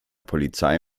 polizei